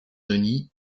denis